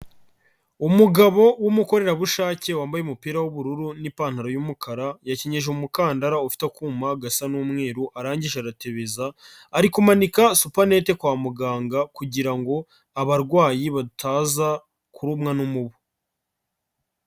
Umugabo w'umukorerabushake wambaye umupira w'ubururu n'ipantaro y'umukara yakenyeje umukandara ufite akuma gasa n'umweruru, arangije aratebeza, ari kumanika supanete kwa muganga kugira ngo abarwayi bataza kurumwa n'umubu.